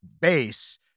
base